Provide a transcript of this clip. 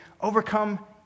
overcome